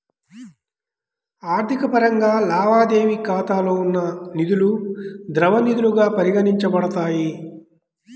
ఆర్థిక పరంగా, లావాదేవీ ఖాతాలో ఉన్న నిధులుద్రవ నిధులుగా పరిగణించబడతాయి